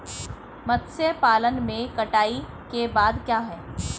मत्स्य पालन में कटाई के बाद क्या है?